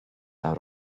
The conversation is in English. out